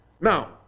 Now